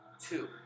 two